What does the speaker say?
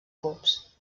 cups